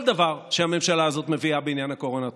דבר שהממשלה הזאת מביאה בעניין הקורונה.